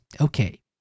Okay